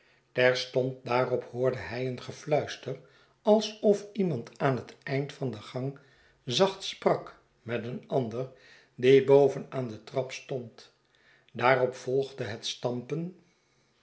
terstond daarop hoorde hij een gefluister alsof iemand aan het eind van den gang zacht sprak met een ander die boveh aan de trap stond daarop volgde het stampen